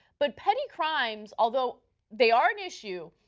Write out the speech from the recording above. but petty crimes, although they are an issue,